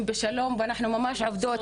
אני גם חברה בנשים בשלום ואנחנו ממש עובדות,